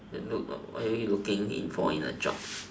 then look what are you looking in for in a job